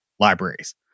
Libraries